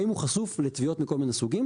האם הוא חשוף לתביעות מכל מיני סוגים.